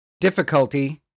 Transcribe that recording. difficulty